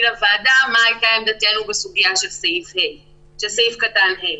לוועדה מה הייתה עמדתנו בסוגיה של סעיף קטן (ה).